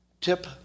tip